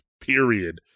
period